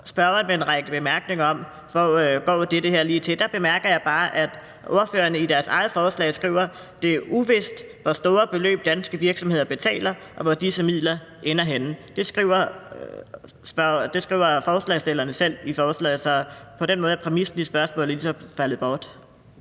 spørgeren med en række bemærkninger om, hvad det her lige går til. Der bemærker jeg bare, at ordførerne i deres eget forslag skriver, at det er uvist, hvor store beløb danske virksomheder betaler, og hvor disse midler ender henne. Det skriver forslagsstillerne selv i forslaget, så på den måde er præmissen i spørgsmålet ligesom faldet bort.